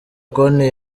konti